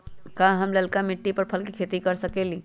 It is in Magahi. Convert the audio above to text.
का हम लालका मिट्टी में फल के खेती कर सकेली?